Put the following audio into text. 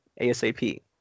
ASAP